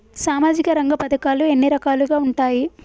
సామాజిక రంగ పథకాలు ఎన్ని రకాలుగా ఉంటాయి?